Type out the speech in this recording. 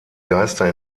geister